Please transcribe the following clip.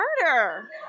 murder